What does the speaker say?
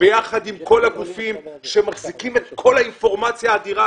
ביחד עם כל הגופים שמחזיקים את כל האינפורמציה האדירה